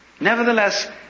nevertheless